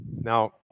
Now